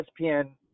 ESPN